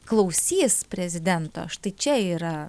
klausys prezidento štai čia yra